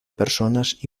personas